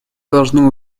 должны